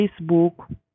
Facebook